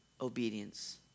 Obedience